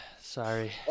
Sorry